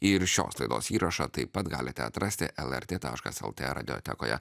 ir šios laidos įrašą taip pat galite atrasti lrt taškas lt radiotekoje